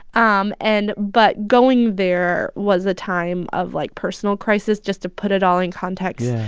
um and but going there was a time of, like, personal crisis, just to put it all in context.